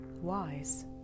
wise